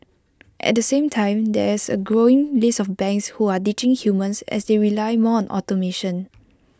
at the same time there's A growing list of banks who are ditching humans as they rely more on automation